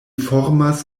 formas